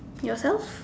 yourself